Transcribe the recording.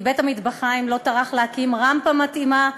כי בית-המטבחיים לא טרח להקים רמפה מתאימה,